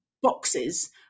boxes